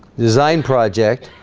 design project